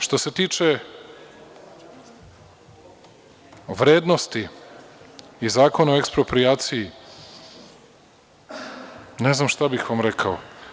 Što se tiče vrednosti i Zakona o eksproprijaciji ne znam šta bih vam rekao.